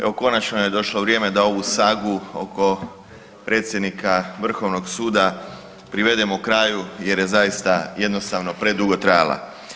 Evo konačno je došlo vrijeme da ovu sagu oko predsjednika vrhovnog suda privedemo kraju jer je zaista jednostavno predugo trajala.